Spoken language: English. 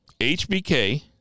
HBK